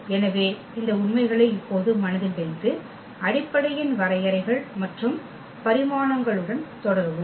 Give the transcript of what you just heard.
எனவே இந்த உண்மைகளை இப்போது மனதில் வைத்து அடிப்படையின் வரையறைகள் மற்றும் பரிமாணங்களுடன் தொடருவோம்